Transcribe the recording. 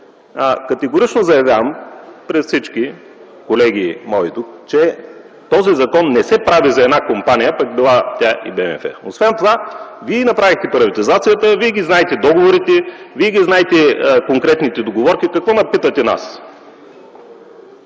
категорично заявявам пред всички мои колеги тук, че този закон не се прави за една компания, пък била тя и БМФ. Освен това Вие направихте приватизацията, Вие знаете договорите, Вие знаете конкретните договорки. Какво ни питате нас?